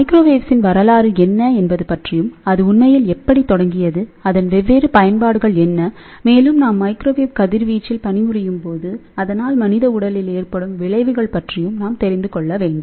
மைக்ரோவேவ்ஸின் வரலாறு என்ன என்பது பற்றியும் அது உண்மையில் எப்படி தொடங்கியது அதன் வெவ்வேறு பயன்பாடுகள் என்ன மேலும் நாம் மைக்ரோவேவ் கதிர்வீச்சில் பணிபுரியும் போது அதனால் மனித உடலில் ஏற்படும் விளைவுகள் பற்றியும் நாம் தெரிந்து கொள்ள வேண்டும்